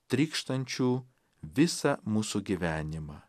trykštančiu visą mūsų gyvenimą